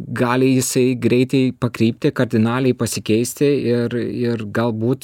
gali jisai greitai pakrypti kardinaliai pasikeisti ir ir galbūt